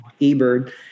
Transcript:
eBird